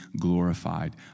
glorified